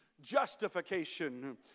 justification